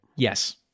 Yes